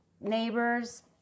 neighbors